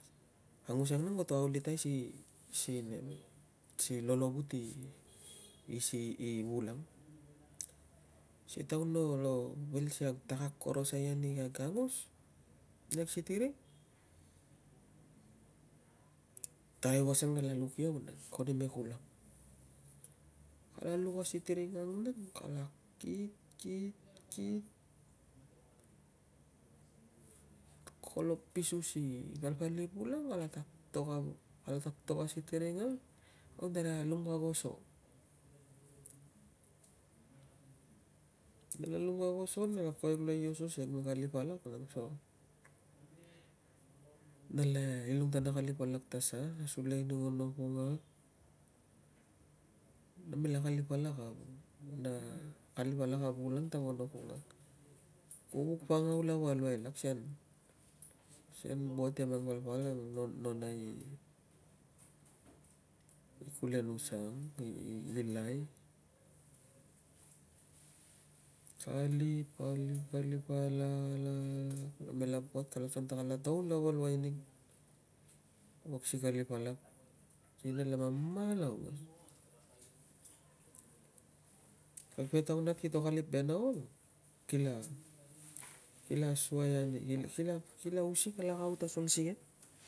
Angus ang nang koto aulitai si si nem, si lolovut i, si vul ang. Si taun nolo bil si kag tak akorosai ni kag angus, ni kag sitiring, kala luk iau nang, konemekul ang. Kala luk a sitiring ang kala kit, kit, kit kolo pisu si palpal i vul ang kala tatok kala tatok a sitiring ang au nala alum kag oso. Nala lum kag oso nala kovek luai i oso asi kag kalip alak, nala itong ta na kalip alak ta sa. Na sulai ni ngono kunga na me la kalip alak a, na kalip alak a vul ang ta ngono kunga. Ko vuk pangau lava luai lak sian, sian buat e mang palpal e nona i, i kulenusa ang i, i lai. Kalip, kalip, kalip, alak, alak, alak namela buat, kala asuang ta kala taun lava luai nig wuak si kalip alak sikei nala mamal aungos. Kag petau nang kito kalip ve nau, kila, kila suai ani, kila using alak a aut sige.